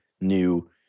new